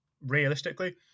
realistically